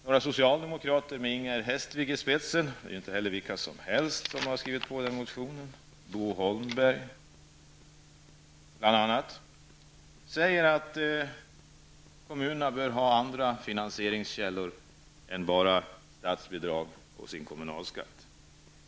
Några socialdemokrater med Inger Hestvik i spetsen -- det är inte heller vilka som helst som har skrivit på motionen, bl.a. Bo Holmberg -- säger att kommunerna bör ha andra finansieringskällor än bara statsbidrag och sin kommunalskatt.